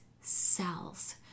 cells